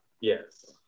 Yes